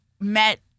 met